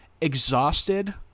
exhausted